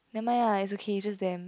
never mind lah it's okay it's just them